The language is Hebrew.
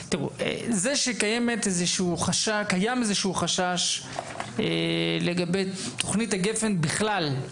קיים איזשהו חשש לגבי תכנית הגפ"ן בכלל,